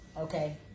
okay